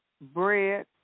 Bread